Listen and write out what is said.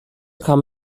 kam